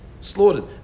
slaughtered